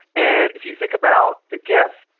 and if you think about the gif,